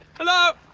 hello?